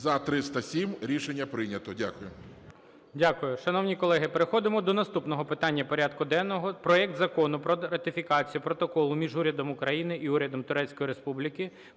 За-307 Рішення прийнято. Дякую.